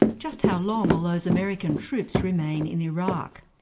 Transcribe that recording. just how long will those american troops remain in iraq?